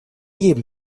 jedem